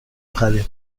خرید